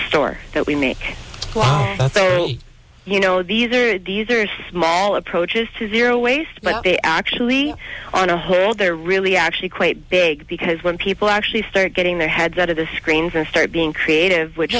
store that we make you know these are these are small approaches to zero waste but they actually on a whole they're really actually quite big because when people actually start getting their heads out of the screens and start being creative which